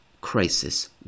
crisis